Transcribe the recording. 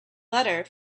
letter